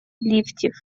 ліфтів